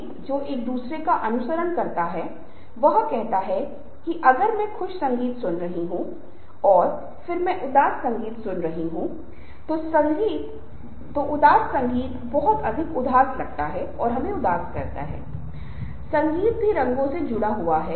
हम कैसे यहाँ आवाज़ें महसूस करते हैं यहाँ कुछ उदाहरण हैं जो पश्चिमी संदर्भ के हैं जैसा कि मैंने आपको ध्वनि डेटा के साथ बताया था जिसमें से कुछ को हमने साझा किया था